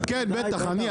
כן, בטח, אני.